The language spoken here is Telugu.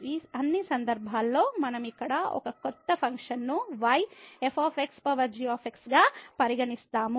ఈ అన్ని సందర్భాల్లో మనం ఇక్కడ ఒక క్రొత్త ఫంక్షన్ను y f పవర్ g గా పరిగణిస్తాము